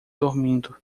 dormindo